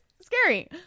scary